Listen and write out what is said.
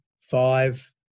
five